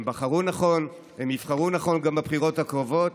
הם בחרו נכון והם יבחרו נכון גם בבחירות הקרובות.